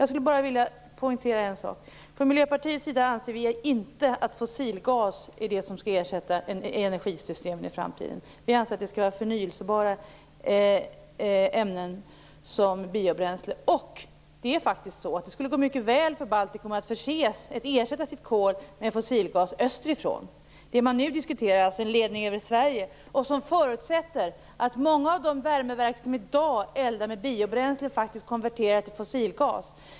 Jag skulle bara vilja poängtera en sak. Från Miljöpartiets sida anser vi inte att fossilgas är det som skall ersätta energisystemen i framtiden. Vi anser att det skall vara förnybara ämnen som biobränsle. Det skulle faktiskt gå mycket bra för Baltikum att ersätta sitt kol med fossilgas österifrån. Det man nu diskuterar är en ledning över Sverige. Det förutsätter att många av de värmeverk som i dag eldar med biobränsle konverterar till fossilgas.